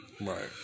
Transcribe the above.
Right